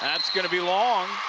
that's going to be long.